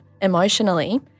emotionally